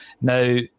Now